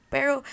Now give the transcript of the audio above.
Pero